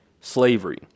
slavery